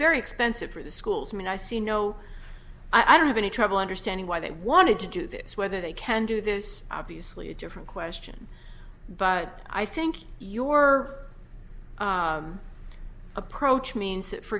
very expensive for the schools and i see no i don't have any trouble understanding why they wanted to do this whether they can do this obviously a different question but i think your approach means that for